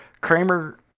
Kramer